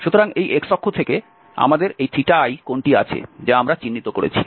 সুতরাং এই x অক্ষ থেকে আমাদের এই i কোণটি আছে যা আমরা চিহ্নিত করেছি